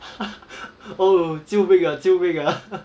oh 救命啊救命啊